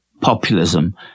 populism